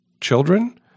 children